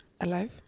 Alive